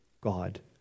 God